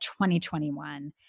2021